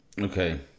Okay